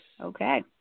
Okay